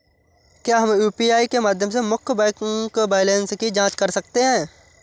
क्या हम यू.पी.आई के माध्यम से मुख्य बैंक बैलेंस की जाँच कर सकते हैं?